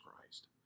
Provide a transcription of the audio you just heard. Christ